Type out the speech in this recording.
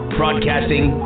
broadcasting